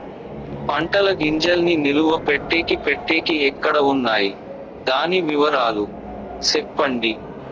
పంటల గింజల్ని నిలువ పెట్టేకి పెట్టేకి ఎక్కడ వున్నాయి? దాని వివరాలు సెప్పండి?